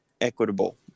equitable